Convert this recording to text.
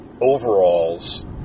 overalls